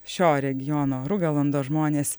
šio regiono rugiolando žmonės